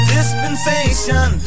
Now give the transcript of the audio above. Dispensation